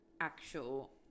actual –